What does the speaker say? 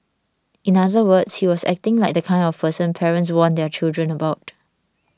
in other words he was acting like the kind of person parents warn their children about